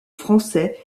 français